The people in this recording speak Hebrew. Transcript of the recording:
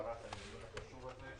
הדיון החשוב הזה.